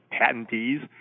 patentees